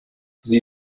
sie